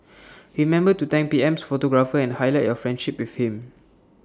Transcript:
remember to thank P M's photographer and highlight your friendship with him